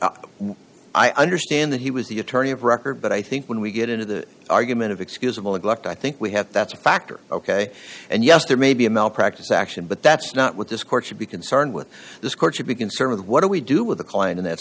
lawyer i understand that he was the attorney of record but i think when we get into the argument of excusable gluck i think we have that's a factor ok and yes there may be a malpractise action but that's not what this court should be concerned with this court should be concerned with what do we do with a client in that